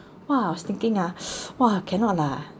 !wah! I was thinking ah !wah! cannot lah